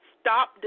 Stop